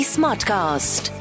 Smartcast